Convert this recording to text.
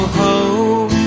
home